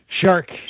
shark